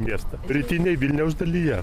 miestą rytinėj vilniaus dalyje